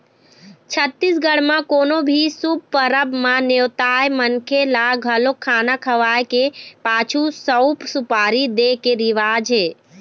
छत्तीसगढ़ म कोनो भी शुभ परब म नेवताए मनखे ल घलोक खाना खवाए के पाछू सउफ, सुपारी दे के रिवाज हे